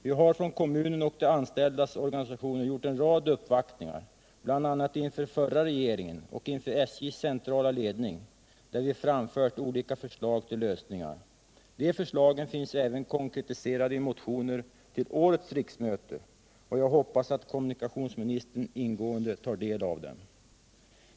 Vi har från kommunen och de anställdas organisationer gjort en rad uppvaktningar, bl.a. inför den förra regeringen och inför SJ:s centrala ledning, där vi framfört olika förslag till lösningar. De förslagen finns även konkretiserade i motioner till innevarande riksmöte, och jag hoppas att kommuniktionsministern ingående tar del av dem.